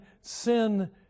sin